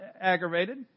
aggravated